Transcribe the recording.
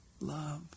love